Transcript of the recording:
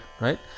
right